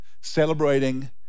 celebrating